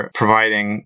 providing